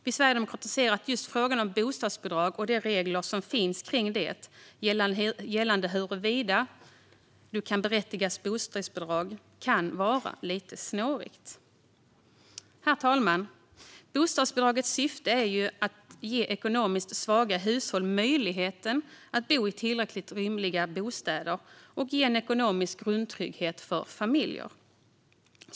Vi sverigedemokrater ser att just frågan om bostadsbidrag och de regler som finns om det, gällande huruvida du kan berättigas bostadsbidrag, kan vara lite snåriga. Herr talman! Bostadsbidragets syfte är att ge ekonomiskt svaga hushåll möjligheten att bo i tillräckligt rymliga bostäder och ge en ekonomisk grundtrygghet för familjer.